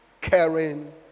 caring